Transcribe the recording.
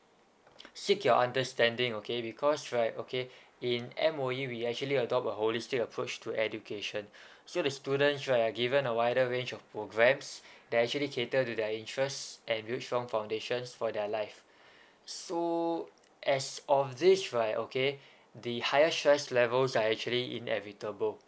seek your understanding okay because right okay in M_O_E we actually adopt a holistic approach to education so the students right are given a wider range of programs that actually cater to their interest and build strong foundations for their life so as of this right okay the higher stress levels are actually inevitable